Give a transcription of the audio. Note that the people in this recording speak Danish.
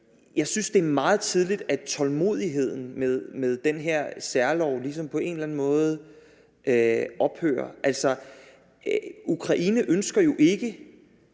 Jeg synes, det er meget tidligt, at tålmodigheden med den her særlov ligesom på en eller anden måde ophører.